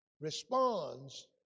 responds